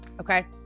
okay